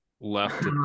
left